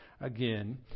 Again